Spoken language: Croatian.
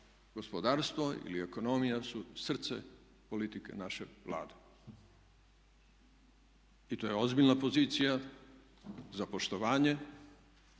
gospodarstvo ili ekonomija su srce politike naše Vlade. I to je ozbiljna pozicija za poštovanje,